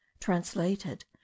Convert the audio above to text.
Translated